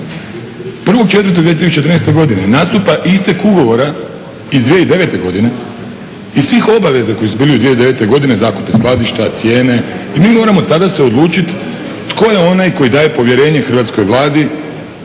1.4.2013. godine nastupa istek ugovora iz 2009. godine i svih obaveza koji su bili u 2009. godine zakupe skladišta, cijene i mi moramo tada se odlučiti tko je onaj koji daje povjerenje hrvatskoj Vladi